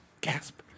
Gasp